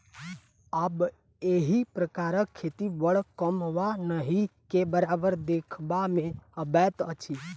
आब एहि प्रकारक खेती बड़ कम वा नहिके बराबर देखबा मे अबैत अछि